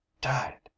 died